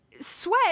Sweat